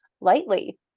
lightly